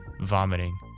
vomiting